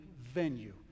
venue